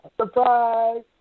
Surprise